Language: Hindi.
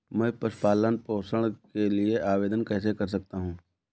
मैं पशु पालन पोषण के लिए आवेदन कैसे कर सकता हूँ?